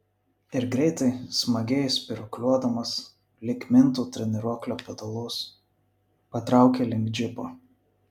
ir greitai smagiai spyruokliuodamas lyg mintų treniruoklio pedalus patraukė link džipo